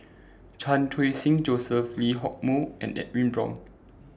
Chan Khun Sing Joseph Lee Hock Moh and Edwin Brown